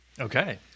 Okay